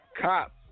cops